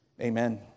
Amen